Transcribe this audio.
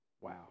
Wow